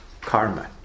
karma